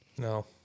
No